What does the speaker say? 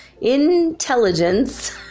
Intelligence